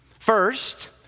First